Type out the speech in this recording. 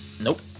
nope